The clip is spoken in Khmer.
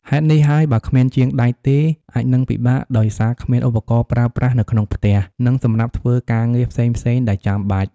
ហេតុនេះហើយ បើគ្មានជាងដែកទេ អាចនឹងពិបាកដោយសារគ្មានឧបករណ៍ប្រើប្រាស់នៅក្នុងផ្ទះ និងសម្រាប់ធ្វើការងារផ្សេងៗដែលចាំបាច់។